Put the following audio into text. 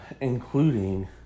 Including